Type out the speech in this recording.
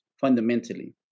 fundamentally